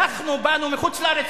אנחנו באנו מחוץ-לארץ,